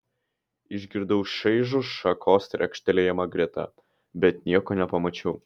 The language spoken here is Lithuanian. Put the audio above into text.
išgirdau šaižų šakos trekštelėjimą greta bet nieko nepamačiau